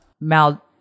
Mal